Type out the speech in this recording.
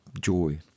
joy